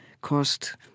cost